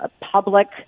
public